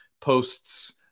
post's